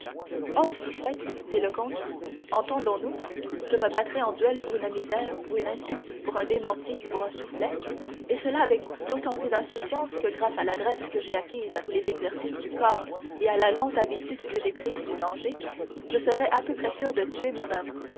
si fait dit le comte entendons-nous je me battrais en duel pour une misère pour une insulte pour un démenti pour un soufflet et cela avec d'autant plus d'insouciance que grâce à l'adresse que j'ai acquise à tous les exercices du corps et à la lente habitude que j'ai prise du danger je serais à peu près sûr de tuer mon homme